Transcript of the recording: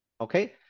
okay